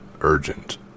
urgent